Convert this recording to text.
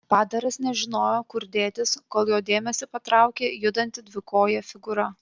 padaras nežinojo kur dėtis kol jo dėmesį patraukė judanti dvikojė figūra